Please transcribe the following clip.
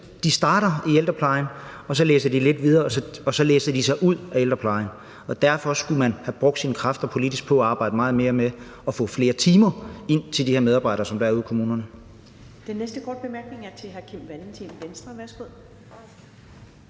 de lidt videre, og så læser de sig ud af ældreplejen. Derfor skulle man have brugt sine kræfter politisk på at arbejde meget mere med at få flere timer ind til de her medarbejdere, som der er ude i kommunerne.